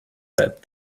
that